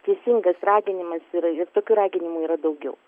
teisingas raginimas yra ir tokių raginimų yra daugiau